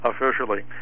officially